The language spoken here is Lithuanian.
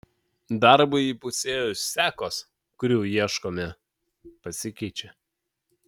darbui įpusėjus sekos kurių ieškome pasikeičia